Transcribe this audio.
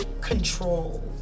control